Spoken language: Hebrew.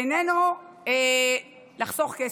איננו לחסוך כסף,